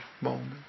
moment